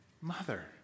mother